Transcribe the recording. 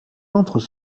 entrent